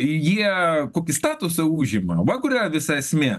jie kokį statusą užima va kur yra visa esmė